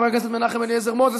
חבר הכנסת מנחם אליעזר מוזס,